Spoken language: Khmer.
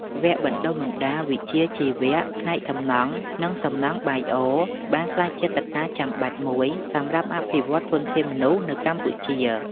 វគ្គបណ្តុះបណ្តាលវិជ្ជាជីវៈផ្នែកសំណង់ និងសំណង់បាយអរ បានក្លាយជាកត្តាចាំបាច់មួយសម្រាប់អភិវឌ្ឍធនធានមនុស្សនៅកម្ពុជា។